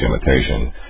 imitation